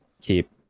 keep